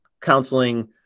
counseling